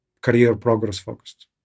career-progress-focused